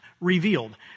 revealed